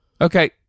Okay